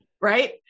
right